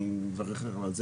בכל זאת